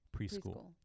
preschool